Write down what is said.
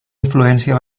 influència